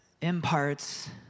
imparts